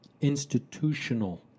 institutional